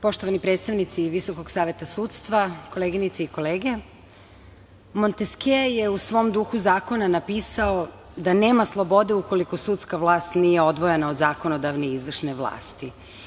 Poštovani predstavnici Visokog saveta sudstva, koleginice i kolege, Monteskje je u svom duhu zakona napisao da nema slobode ukoliko sudska vlast nije odvojena od zakonodavne i izvršne vlasti.